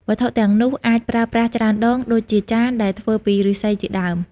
វត្ថុទាំងនោះអាចប្រើបានច្រើនដង ដូចជាចានដែលធ្វើពីឫស្សីជាដើម។